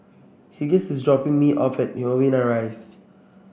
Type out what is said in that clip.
Hughes is dropping me off at Novena Rise